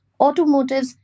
automotives